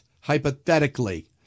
hypothetically